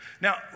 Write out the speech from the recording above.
Now